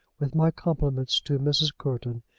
with my compliments to mrs. courton,